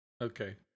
Okay